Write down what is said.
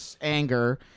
anger